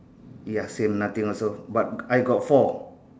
ya same nothing also but I got four